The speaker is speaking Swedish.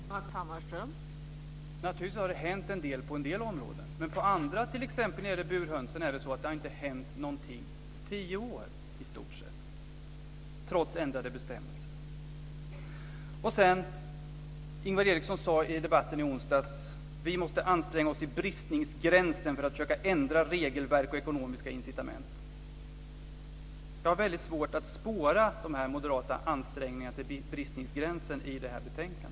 Fru talman! Naturligtvis har det hänt en del på några områden. Men på andra, t.ex. när det gäller burhönsen, har det i stort sett inte hänt någonting på tio år, trots ändrade bestämmelser. Ingvar Eriksson sade i debatten i onsdags: Vi måste anstränga oss till bristningsgränsen för att försöka ändra regelverk och ekonomiska incitament. Jag har väldigt svårt att spåra de moderata ansträngningarna till bristningsgränsen i det här betänkandet.